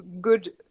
good